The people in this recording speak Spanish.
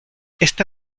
esta